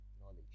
knowledge